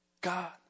God